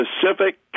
specific